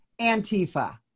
Antifa